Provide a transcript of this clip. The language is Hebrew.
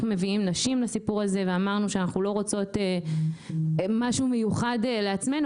מביאים נשים לסיפור הזה ואמרנו שאנחנו לא רוצות משהו מיוחד לעצמנו